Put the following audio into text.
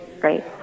great